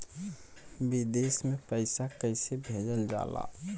विदेश में पैसा कैसे भेजल जाला?